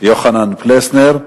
יוחנן פלסנר.